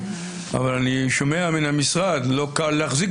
אבל אני שומע מן המשרד שלא קל להחזיק